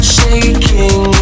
Shaking